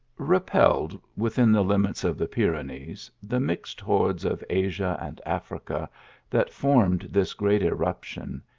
repelled within the limits of the pyrenees, the mixed hordes of asia and africa that formed this great irruption,